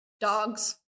Dogs